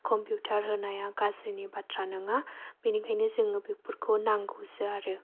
computer होनाया गाज्रिनि बाथ्रा नङा बेनिखायनो जोङो बेफोरखौ नांगौ जो आरो